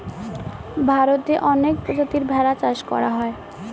ভারতে অনেক প্রজাতির ভেড়া চাষ করা হয়